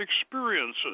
experiences